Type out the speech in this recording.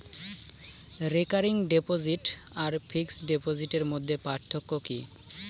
Recurring deposit আর fixed ডিপোজিটের মধ্যে পার্থক্য কি?